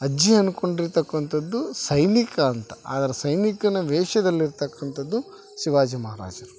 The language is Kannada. ಅಜ್ಜಿ ಅನ್ಕೊಂಡಿರ್ತಕ್ಕಂಥದ್ದು ಸೈನಿಕ ಅಂತ ಆದರೆ ಸೈನಿಕನ ವೇಷದಲ್ಲಿ ಇರ್ತಕ್ಕಂಥದ್ದು ಶಿವಾಜಿ ಮಹಾರಾಜರು